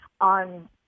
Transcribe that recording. on